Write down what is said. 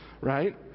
Right